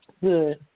Good